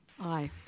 Aye